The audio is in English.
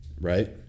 right